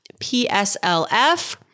PSLF